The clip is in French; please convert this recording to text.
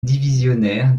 divisionnaire